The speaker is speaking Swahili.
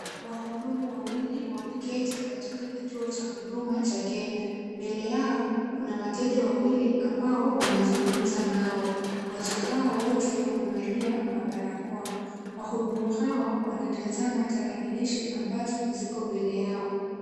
Wahudumu wawili wameketi katika kituo cha huduma cha Kenya. Mbele yao kuna wateja wawili ambao wanazungumza nao. Watu hawa wote wamevalia mabarakoa. Wahudumu hawa wanatazama tarakilishi ambazo ziko mbele yao.